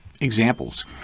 examples